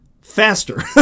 faster